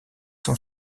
son